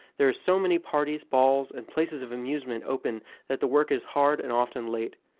there are so many parties, balls, and places of amusement open that the work is hard and often late.